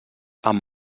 amb